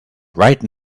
right